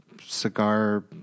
cigar